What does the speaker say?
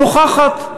שוכחת.